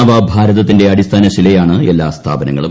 നവഭാരതത്തിന്റെ അടിസ്ഥാനശിലയാണ് എല്ലാ സ്ഥാപനങ്ങളും